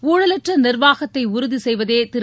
ஊழலற்ற நிர்வாகத்தை உறுதி செய்வதே திரு